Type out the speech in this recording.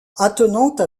attenante